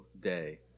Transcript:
day